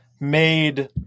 made